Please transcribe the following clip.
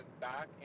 back